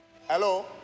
Hello